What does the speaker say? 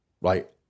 right